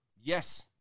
Yes